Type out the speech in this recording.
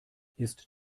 ist